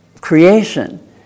creation